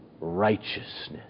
righteousness